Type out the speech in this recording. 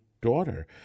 daughter